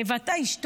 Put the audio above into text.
ואתה איש טוב,